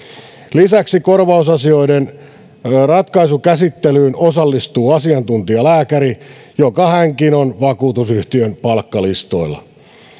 lisäksi korvausasioiden ratkaisukäsittelyyn osallistuu asiantuntijalääkäri joka hänkin on vakuutusyhtiön palkkalistoilla